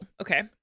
okay